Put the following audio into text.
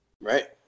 Right